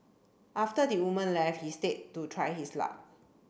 after the woman left he stayed to try his luck